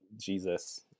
Jesus